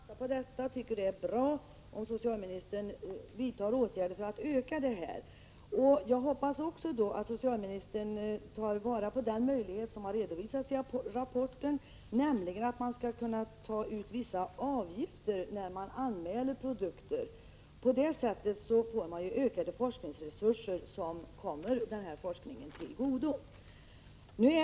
Herr talman! Jag tar fasta på detta och tycker det är bra om socialministern vidtar åtgärder för att öka samarbetet. Jag hoppas att socialministern då också tar vara på den möjlighet som redovisats i rapporten, nämligen att ta ut vissa avgifter när man anmäler produkter. På det sättet fås ökade forskningsresurser som kommer denna forskning till godo.